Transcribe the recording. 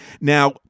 Now